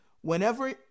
Whenever